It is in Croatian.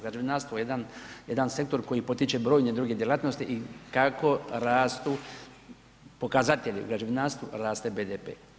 Građevinarstvo je jedan sektor koji potiče brojne druge djelatnosti i kako rastu pokazatelji u građevinarstvu, raste i BDP.